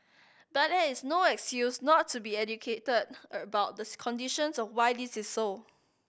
but that is no excuse not to be educated about the conditions of why this is so